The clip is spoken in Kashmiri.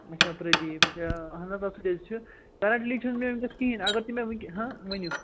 اَچھا پردیٖپ یا اہن حظ آ سُہ تے چھُ تۅہہِ حظ لیٖکھِو مےٚ وُنکٮ۪س کِہیٖنٛۍ اگر تُہۍ مےٚ وُنکٮ۪ن ہاں ؤنِو